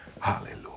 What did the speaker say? hallelujah